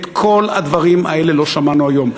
את כל הדברים האלה לא שמענו היום,